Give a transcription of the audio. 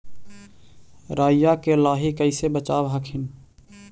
राईया के लाहि कैसे बचाब हखिन?